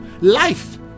life